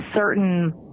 certain